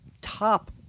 top